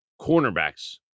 cornerbacks